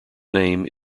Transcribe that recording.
name